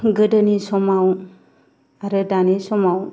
गोदोनि समाव आरो दानि समाव